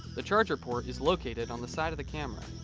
the charger port is located on the side of the camera.